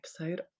episode